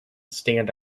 stand